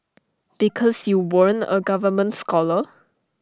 because you weren't A government scholar